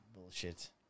bullshit